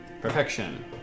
perfection